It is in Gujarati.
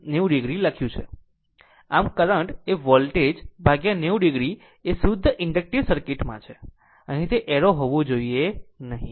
આમ કરંટ એ વોલ્ટેજ 90 o એ શુદ્ધ ઇન્ડકટીવ સર્કિટ માં છે અને અહીં તે એરો હોવું જોઈએ નહીં